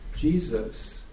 Jesus